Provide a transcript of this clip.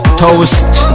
toast